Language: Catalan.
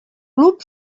club